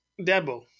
Debo